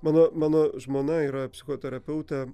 mano mano žmona yra psichoterapeutė